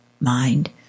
mind